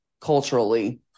culturally